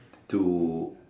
to